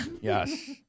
Yes